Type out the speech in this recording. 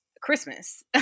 Christmas